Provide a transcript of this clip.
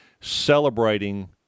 celebrating